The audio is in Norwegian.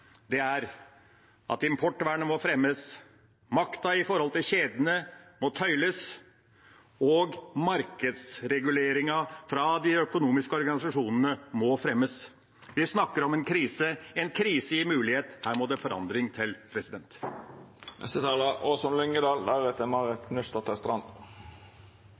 er at importvernet må fremmes, makta når det gjelder kjedene må tøyles, og markedsreguleringen fra de økonomiske organisasjonene må fremmes. Vi snakker om en krise. En krise gir muligheter. Her må det forandring til. Min aller første sommerjobb var som